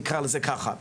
נקרא לזה ככה.